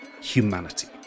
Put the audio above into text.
humanity